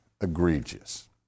egregious